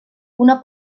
una